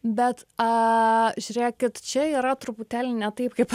bet a žiūrėkit čia yra truputėlį ne taip kaip